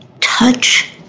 Touch